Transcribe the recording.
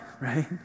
right